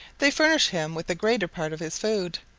they furnish him with the greater part of his food.